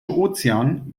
ozean